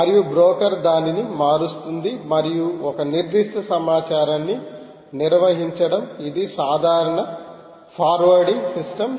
మరియు బ్రోకర్ దానిని మారుస్తుంది మరియు ఒక నిర్దిష్ట సమాచారాన్ని నిర్వహించడం ఇది సాధారణ ఫార్వార్డింగ్ సిస్టమ్